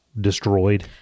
destroyed